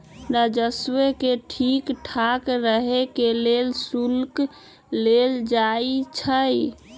राजस्व के ठीक ठाक रहे के लेल शुल्क लेल जाई छई